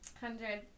Hundred